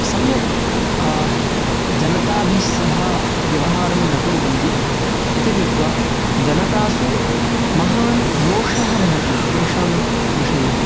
सम्यक् जनताभिस्सह व्यवहारं न कुर्वन्ति इति कृत्वा जनतासु महान् रोषः भवति तेषां विषये